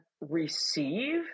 receive